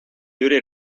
jüri